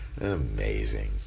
Amazing